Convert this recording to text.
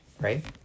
right